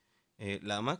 למה?